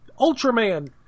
Ultraman